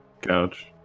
couch